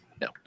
No